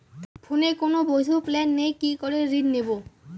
ফোনে কোন বৈধ প্ল্যান নেই কি করে ঋণ নেব?